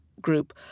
group